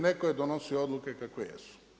Netko je donosio odluke kakve jesu.